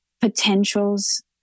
potentials